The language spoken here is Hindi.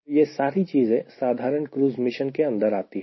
तो यह सारी चीजें साधारण क्रूज़ मिशन के अंदर आती है